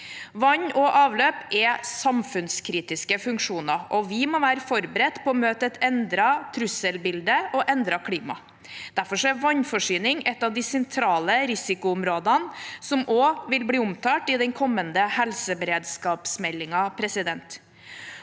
Vann og avløp er samfunnskritiske funksjoner, og vi må være forberedt på å møte et endret trusselbilde og endret klima. Derfor er vannforsyning et av de sentrale risikoområdene som også vil bli omtalt i den kommende helseberedskapsmeldingen.